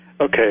okay